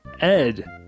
Ed